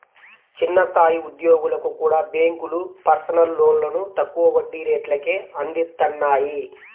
చిన్న స్థాయి ఉద్యోగులకు కూడా బ్యేంకులు పర్సనల్ లోన్లను తక్కువ వడ్డీ రేట్లకే అందిత్తన్నాయి